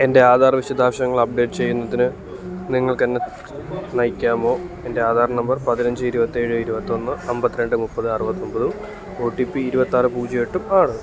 എൻ്റെ ആധാർ വിശദാംശങ്ങൾ അപ്ഡേറ്റ് ചെയ്യുന്നതിന് നിങ്ങൾക്ക് എന്നെ നയിക്കാമോ എൻ്റെ ആധാർ നമ്പർ പതിനഞ്ച് ഇരുപത്തി ഏഴ് ഇരുപത്തി ഒന്ന് അമ്പത്തി രണ്ട് മുപ്പത് അറുപത്തി ഒമ്പതും ഒ ടി പി ഇരുപത്തി ആറ് പൂജ്യം എട്ടും ആണ്